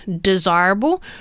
desirable